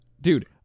Dude